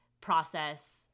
process